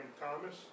Thomas